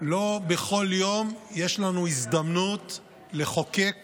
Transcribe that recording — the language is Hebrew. לא בכל יום יש לנו הזדמנות לחוקק